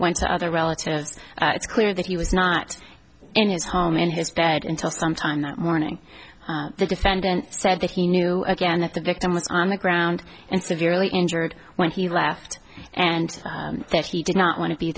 went to other relatives it's clear that he was not in his home in his bed until sometime that morning the defendant said that he knew again if the victim was on the ground and severely injured when he left and that he did not want to be